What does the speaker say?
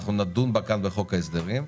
אנחנו נדון בה כאן בחוק ההסדרים.